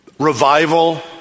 Revival